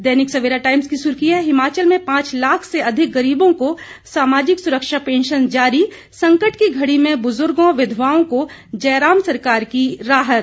दैनिक Savera Times की सुर्खी है हिमाचल में पांच लाख से अधिक गरीबों को सामाजिक सुरक्षा पेंशन जारी संकट की घड़ी में बुजुर्गों विधवाओं को जयराम सरकार की राहत